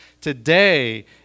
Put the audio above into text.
Today